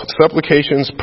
supplications